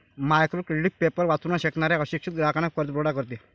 micro credit paper वाचू न शकणाऱ्या अशिक्षित ग्राहकांना कर्जपुरवठा करते